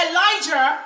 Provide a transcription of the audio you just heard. Elijah